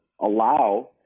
allow